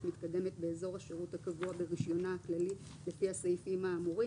מתקדמת באזור השירות הקבוע ברישיונה הכללי לפי הסעיפים האמורים